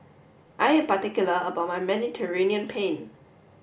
I am particular about my Mediterranean Penne